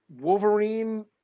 Wolverine